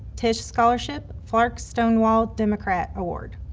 tisch scholarship, flark stonewall democrat award.